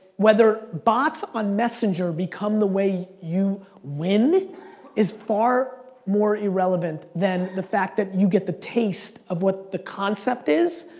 whether bots on messenger become the way you win is far more irrelevant than the fact that you get the taste of what the concept is,